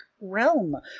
realm